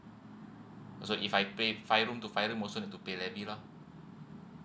so if I pay five room to five room also need to pay levy lah